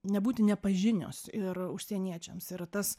nebūti nepažinios ir užsieniečiams ir tas